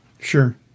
Sure